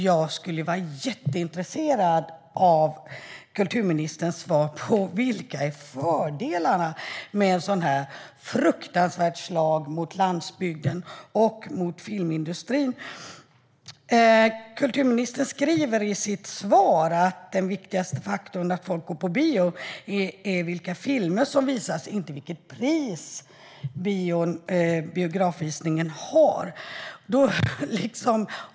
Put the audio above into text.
Jag skulle vara jätteintresserad av kulturministerns svar på: Vilka är fördelarna med ett sådant fruktansvärt slag mot landsbygden och mot filmindustrin? Kulturministern säger i sitt svar att den viktigaste faktorn för att människor går på bio är vilka filmer som visas och inte vilket pris biografvisningen har.